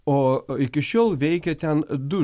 o iki šiol veikė ten du